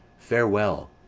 farewell!